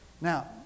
Now